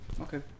okay